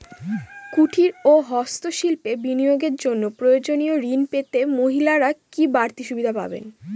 কুটীর ও হস্ত শিল্পে বিনিয়োগের জন্য প্রয়োজনীয় ঋণ পেতে মহিলারা কি বাড়তি সুবিধে পাবেন?